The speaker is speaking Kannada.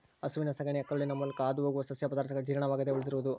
ಹಸುವಿನ ಸಗಣಿಯು ಕರುಳಿನ ಮೂಲಕ ಹಾದುಹೋಗುವ ಸಸ್ಯ ಪದಾರ್ಥಗಳ ಜೀರ್ಣವಾಗದೆ ಉಳಿದಿರುವುದು